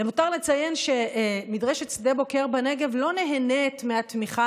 למותר לציין שמדרשת שדה בוקר בנגב לא נהנית מהתמיכה